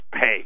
pay